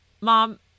Mom